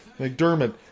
McDermott